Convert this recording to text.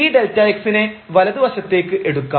ഈ Δx നെ വലതുവശത്തേക്ക് എടുക്കാം